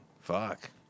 Fuck